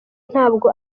ntabwo